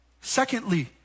Secondly